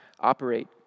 operate